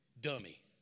Dummy